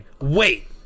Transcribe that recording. Wait